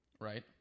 right